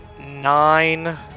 nine